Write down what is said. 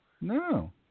no